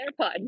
AirPod